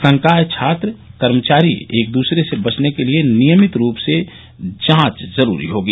संकाय छात्र कर्मचारी को एक दूसरे से बचने के लिये नियमित रूप से जांच जरूरी होगी